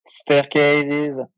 staircases